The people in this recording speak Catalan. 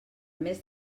mes